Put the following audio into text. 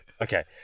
Okay